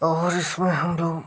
और जिसमें हम जो